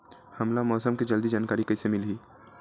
हमला मौसम के जल्दी जानकारी कइसे मिलही?